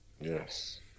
Yes